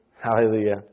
Hallelujah